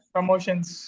Promotions